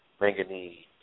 manganese